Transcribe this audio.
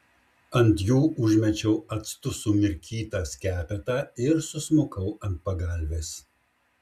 ant jų užmečiau actu sumirkytą skepetą ir susmukau ant pagalvės